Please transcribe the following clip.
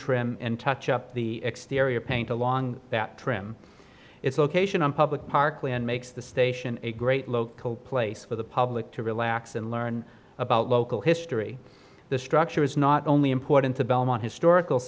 trim and touch up the exterior paint along that trim it's location on public park land makes the station a great local place for the public to relax and learn about local history the structure is not only important to belmont historical